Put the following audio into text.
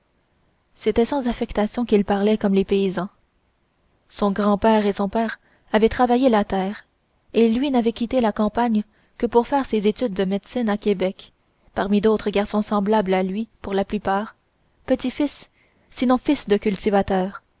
c'était sans affectation qu'il parlait comme les paysans son grand-père et son père avaient travaillé la terre et lui n'avait quitté la campagne que pour faire ses études de médecine à québec parmi d'autres garçons semblables à lui pour la plupart petit-fils sinon fils de cultivateurs